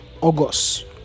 August